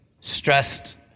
stressed